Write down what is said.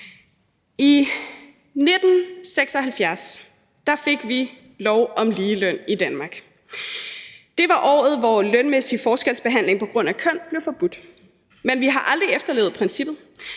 I 1976 fik vi lov om ligeløn i Danmark. Det var året, hvor lønmæssig forskelsbehandling på grund af køn blev forbudt, men vi har aldrig efterlevet princippet.